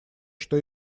что